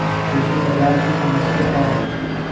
कृषि बाजार की समस्या क्या है?